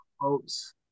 folks